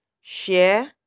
share